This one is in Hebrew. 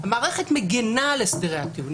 המערכת מגנה על הסדרי הטיעון.